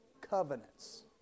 Covenants